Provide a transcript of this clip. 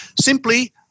Simply